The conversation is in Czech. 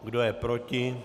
Kdo je proti?